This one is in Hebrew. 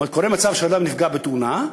קורה מצב שאדם נפגע בתאונה,